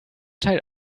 teil